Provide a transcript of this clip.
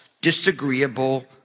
disagreeable